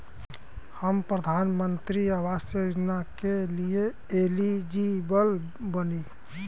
हम प्रधानमंत्री आवास योजना के लिए एलिजिबल बनी?